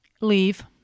Leave